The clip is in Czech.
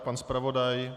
Pan zpravodaj?